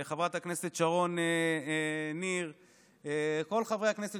חברת הכנסת שרון ניר וכל חברי הכנסת